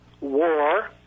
war